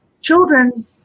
children